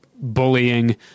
bullying